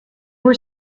were